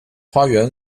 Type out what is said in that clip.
花园